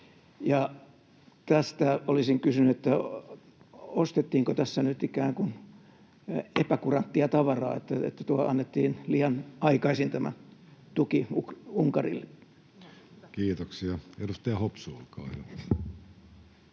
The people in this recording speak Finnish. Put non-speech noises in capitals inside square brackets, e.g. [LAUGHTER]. tästä olisin kysynyt, että ostettiinko tässä nyt ikään kuin epäkuranttia tavaraa, [NOISE] että annettiin liian aikaisin tämä tuki Unkarille. Kiitoksia. — Edustaja Hopsu, olkaa hyvä.